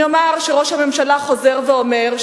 ואני חושבת על הצד הישראלי,